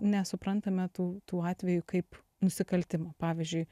nesuprantame tų tų atvejų kaip nusikaltimo pavyzdžiui